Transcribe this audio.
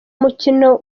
mukino